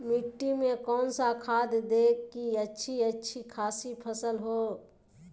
मिट्टी में कौन सा खाद दे की अच्छी अच्छी खासी फसल हो?